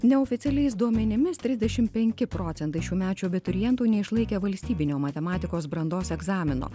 neoficialiais duomenimis trisdešim procentai šiųmečių abiturientų neišlaikė valstybinio matematikos brandos egzamino